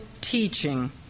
teaching